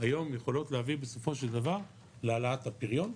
היום יכולות להביא בסופו של דבר להעלאת הפריון,